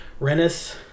Rennis